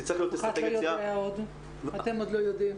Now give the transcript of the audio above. אנחנו עוד לא יודעים.